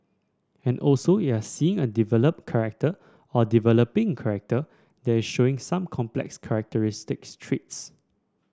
and also you're seeing a developed character or a developing character that showing some complex characteristic traits